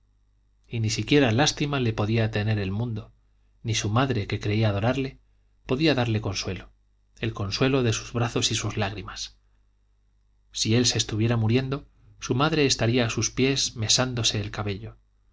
y ni siquiera lástima le podía tener el mundo ni su madre que creía adorarle podía darle consuelo el consuelo de sus brazos y sus lágrimas si él se estuviera muriendo su madre estaría a sus pies mesándose el cabello